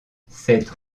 cette